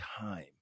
time